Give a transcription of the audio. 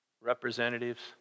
representatives